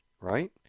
right